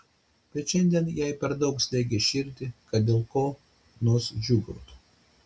bet šiandien jai per daug slėgė širdį kad dėl ko nors džiūgautų